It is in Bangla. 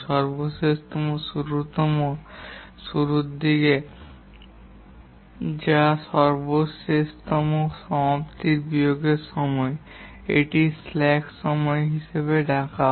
সর্বশেষতম শুরুর দিকটি যা সর্বশেষতম সমাপ্তি বিয়োগের সমান এটি স্ল্যাক সময় হিসাবে ডাকা হয়